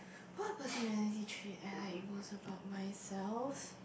what personality trait I like most about myself